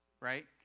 right